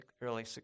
early